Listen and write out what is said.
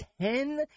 ten